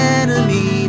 enemy